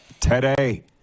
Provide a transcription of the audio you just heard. today